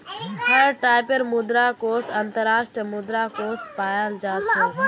हर टाइपेर मुद्रा कोष अन्तर्राष्ट्रीय मुद्रा कोष पायाल जा छेक